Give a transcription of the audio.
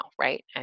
right